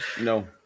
No